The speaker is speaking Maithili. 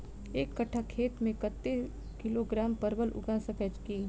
एक कट्ठा खेत मे कत्ते किलोग्राम परवल उगा सकय की??